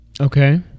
Okay